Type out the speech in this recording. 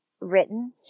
written